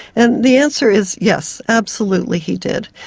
and the answer is yes, absolutely he did,